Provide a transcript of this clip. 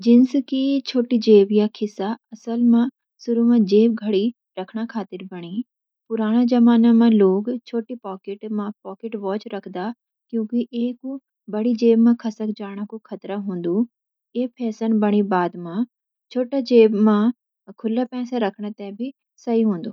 जीन्स की छोटी जेब या खिसा असल म्यें शुरू म्यें जेब घडी राखणा खातिर बणी। पुराना जमाना म्यें लोग छोटी पॉकेट म्यें पॉकेट वॉच राखदा, कुकि ऐ कु बड़ी जेब म्यें खसक जाणु खतरा होंदु। ऐ फेशन बणकि बाद म्। छोटा जेब मां खुला पैसा रखन ते भी सही होंदु।